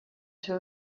still